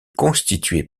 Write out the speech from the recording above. constitué